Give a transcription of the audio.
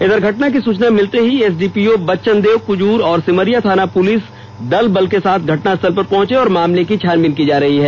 इधर घटना की सूचना मिलते ही एसडीपीओ बच्चन देव क्ज़ुर और सिमरिया थाना पुलिस दल बल के साथ घटनास्थल पर पहंचे और मामले की छानबीन की जा रही है